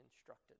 instructed